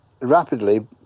rapidly